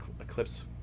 Eclipse